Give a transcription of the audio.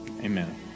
Amen